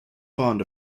fond